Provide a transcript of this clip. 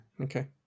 okay